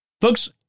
Folks